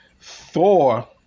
Thor